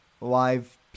Live